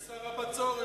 שר הבצורת.